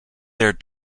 their